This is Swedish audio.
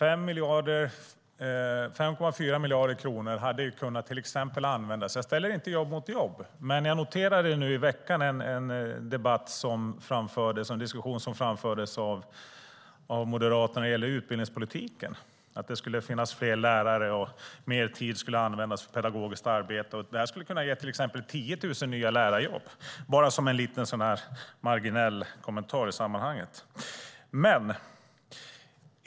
Herr talman! Jag ställer inte jobb mot jobb, men jag noterade nu i veckan en diskussion som framfördes av Moderaterna när det gäller utbildningspolitiken att det skulle finnas fler lärare och att mer tid skulle användas för pedagogiskt arbete. 5,4 miljarder kronor hade till exempel kunnat användas till 10 000 nya lärarjobb, bara som en marginell kommentar i sammanhanget.